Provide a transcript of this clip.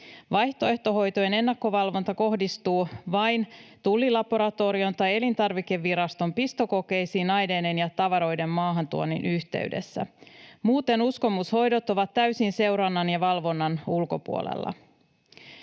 Vaihtoehtohoitojen ennakkovalvonta kohdistuu vain Tullilaboratorion tai Elintarvikeviraston pistokokeisiin aineiden ja tavaroiden maahantuonnin yhteydessä. Muuten uskomushoidot ovat täysin seurannan ja valvonnan ulkopuolella.